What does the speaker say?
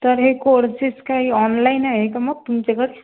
तर हे कोर्सेस काही ऑनलाईन आहे का मग तुमच्याकडे